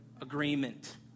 agreement